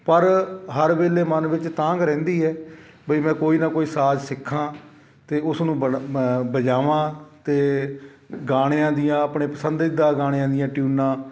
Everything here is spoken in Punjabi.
ਪਰ ਹਰ ਵੇਲੇ ਮਨ ਵਿੱਚ ਤਾਂਘ ਰਹਿੰਦੀ ਹੈ ਬਈ ਮੈਂ ਕੋਈ ਨਾ ਕੋਈ ਸਾਜ ਸਿੱਖਾਂ ਅਤੇ ਉਸ ਨੂੰ ਬਣ ਮੈਂ ਵਜਾਵਾਂ ਅਤੇ ਗਾਣਿਆਂ ਦੀਆਂ ਆਪਣੇ ਪਸੰਦੀਦਾ ਗਾਣਿਆਂ ਦੀਆਂ ਟਿਊਨਾਂ